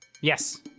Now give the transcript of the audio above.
Yes